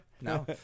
No